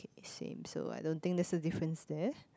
same so I don't think there's a difference there